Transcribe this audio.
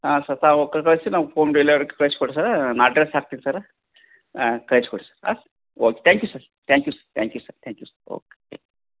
ಹಾಂ ಸರ್ ತಾವು ಕಳಿಸಿ ನಾವು ಹೋಮ್ ಡೆಲಿವರಿ ಕಳ್ಸಿ ಕೊಡಿ ಸರ್ ನಾ ಅಡ್ರೆಸ್ ಹಾಕ್ತಿನಿ ಸರ್ ಕಳಿಸಿ ಕೊಡ್ರಿ ಸರ್ ಹಾಂ okay thank you sir thank you sir thank you sir thank you sir okay